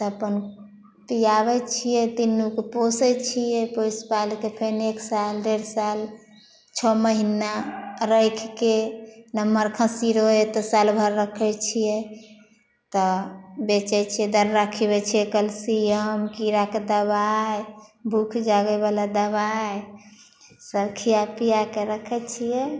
तऽ अपन पीआबै छियै तीन्नूके पोसै छियै पोसि पाइलके फेर एक साल डेढ़ साल छओ महीना राखिके नमहर खस्सी रहै तऽ साल भरि रक्खै छियै तऽ बेचै छियै दर्रा खीअबै छियै कैल्सियम कीड़ाके दबाइ भूख जागय बला दबाइ सब खीआ पीआके रक्खै छियै